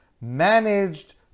managed